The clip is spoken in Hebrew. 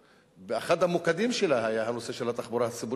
שאחד המוקדים שלה היה הנושא של התחבורה הציבורית,